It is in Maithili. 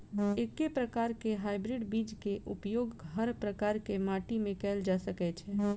एके प्रकार केँ हाइब्रिड बीज केँ उपयोग हर प्रकार केँ माटि मे कैल जा सकय छै?